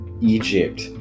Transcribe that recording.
Egypt